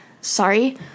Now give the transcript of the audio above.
sorry